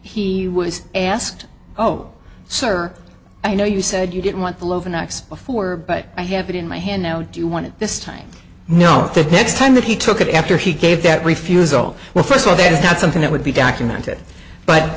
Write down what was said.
he was asked oh sir i know you said you didn't want the over next before but i have it in my hand no do you want to this time no the next time that he took it after he gave that refusal well first of all this is not something that would be documented but